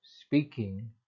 speaking